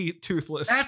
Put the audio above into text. toothless